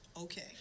okay